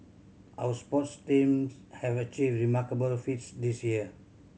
our sports teams have achieved remarkable feats this year